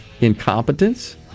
incompetence